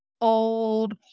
old